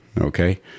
okay